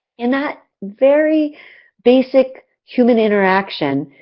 in that very basic human interaction,